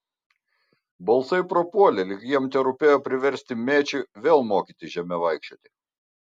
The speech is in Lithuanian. balsai prapuolė lyg jiems terūpėjo priversti mečį vėl mokytis žeme vaikščioti